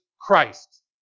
Christ